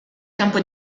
campo